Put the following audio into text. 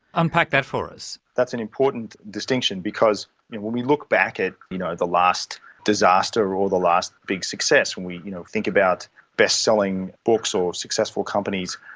unpack that for us. that's an important distinction because when you look back at you know the last disaster or the last big success, we you know think about bestselling books or successful companies,